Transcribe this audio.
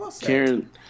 Karen